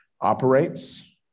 operates